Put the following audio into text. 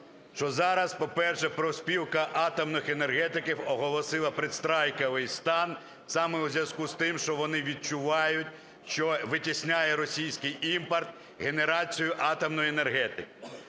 що зараз, по-перше, профспілка атомних енергетиків оголосила передстайковий стан саме в зв'язку з тим, що вони відчувають, що витісняє російський імпорт генерацію атомної енергетики.